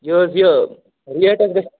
یہِ حظ یہِ ریٹ حظ گژھِ